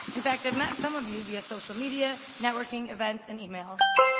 in fact, i've met some of you via social media, networking events, and emails.